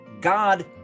God